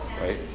right